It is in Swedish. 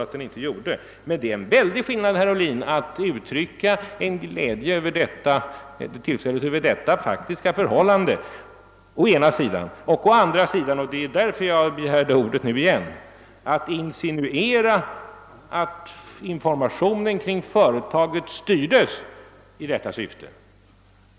Men det är en väldig skillnad, herr Ohlin, mellan att å ena sidan uttrycka glädje över detta faktiska förhållande och att å andra sidan insinuera att informationen kring företaget styrts i sådant syfte.